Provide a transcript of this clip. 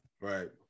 Right